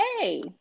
hey